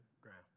ground